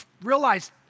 realized